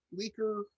leaker